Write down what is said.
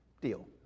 Deal